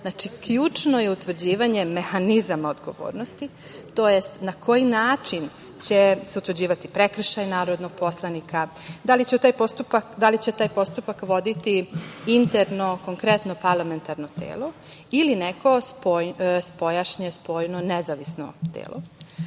znači ključno je utvrđivanje mehanizama odgovornosti, tj. na koji način će se utvrđivati prekršaj narodnog poslanika, da li će taj postupak voditi interno, konkretno parlamentarno telo ili neko spoljašnje, spoljno, nezavisno